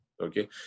Okay